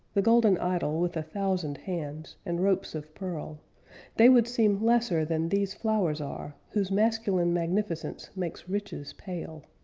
the golden idol with a thousand hands, and ropes of pearl they would seem lesser than these flowers are, whose masculine magnificence makes riches pale.